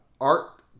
art